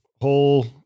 whole